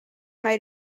mae